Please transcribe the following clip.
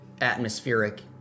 atmospheric